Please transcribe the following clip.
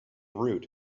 root